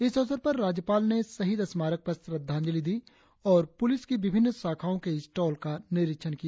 इस अवसर पर राज्यपाल ने शहीद स्मारक पर श्रद्धांजली दी और पुलिस की विभिन्न शांखाओं के स्टॉल का निरीक्षण किया